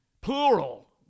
plural